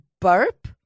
burp